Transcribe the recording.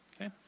Okay